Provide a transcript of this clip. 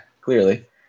clearly